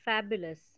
Fabulous